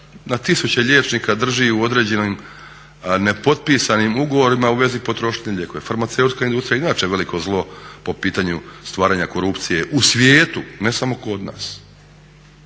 na tisuće liječnika drži u određenim nepotpisanim ugovorima u vezi potrošnje lijekova. Farmaceutska industrija je inače veliko zlo po pitanju stvaranja korupcije u svijetu, ne samo kod nas.